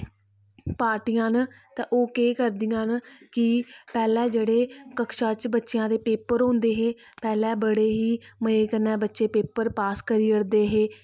पार्टियां न ते ओह् केह् करदियां न कि पैह्ले जेह्ड़े कक्षा च बच्चेआं दे पेपर होंदे हे पैह्ले बड़े ही मजे कन्नै बच्चे पेपर पास करी ओड़दे हे